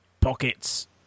pockets